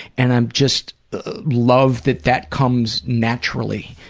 and i just love that that comes naturally